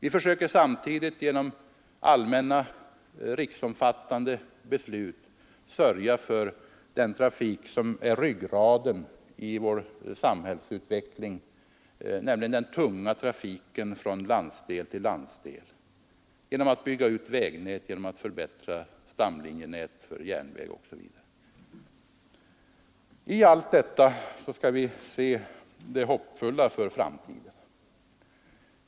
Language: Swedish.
Vi försöker samtidigt med allmänna, riksomfattande beslut sörja för den trafik som är ryggraden i vår samhällsutveckling, nämligen den tunga trafiken från landsdel till landsdel, genom att bygga ut vägnät, förbättra stamlinjenät för järnväg osv. I allt detta skall vi se det hoppfulla för framtiden.